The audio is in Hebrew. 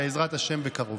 בעזרת השם בקרוב.